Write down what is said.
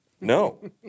No